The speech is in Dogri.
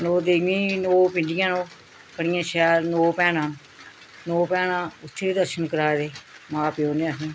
नौ देवियां नौ पिंडियां न ओह् बड़ियां शैल नौ भैनां नौ भैनां उत्थें बी दर्शन कराए दे मां प्यो न अहें गी